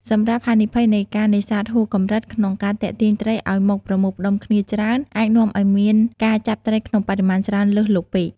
សម្រាប់ហានិភ័យនៃការនេសាទហួសកម្រិត ក្នុងការទាក់ទាញត្រីឱ្យមកប្រមូលផ្តុំគ្នាច្រើន អាចនាំឱ្យមានការចាប់ត្រីក្នុងបរិមាណច្រើនលើសលប់ពេក។